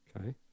Okay